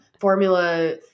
Formula